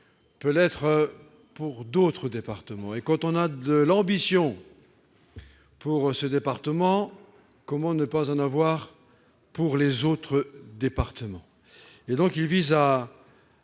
peut l'être pour d'autres ! Et quand on a de l'ambition pour ce département d'Alsace, comment ne pas en avoir pour les autres départements ?